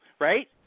right